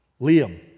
Liam